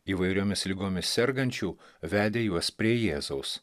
įvairiomis ligomis sergančių vedė juos prie jėzaus